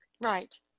Right